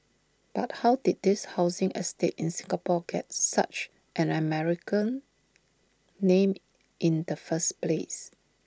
but how did this housing estate in Singapore get such an American name in the first place